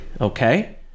Okay